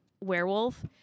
werewolf